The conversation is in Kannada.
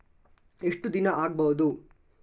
ಎಷ್ಟು ದಿನ ಆಗ್ಬಹುದು?